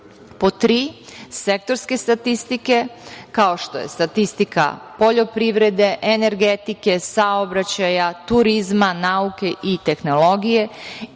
Pod tri, sektorske statistike, kao što je statistika poljoprivrede, energetike, saobraćaja, turizma, nauke i tehnologije.